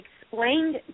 explained